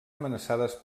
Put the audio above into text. amenaçades